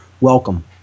Welcome